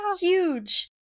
huge